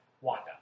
Wanda